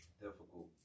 Difficult